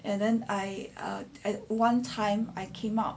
and then I err one time I came out